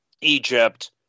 Egypt